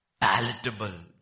palatable